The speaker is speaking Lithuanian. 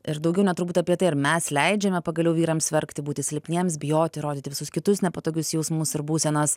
ir daugiau net turbūt apie tai ar mes leidžiame pagaliau vyrams verkti būti silpniems bijoti rodyti visus kitus nepatogius jausmus ir būsenas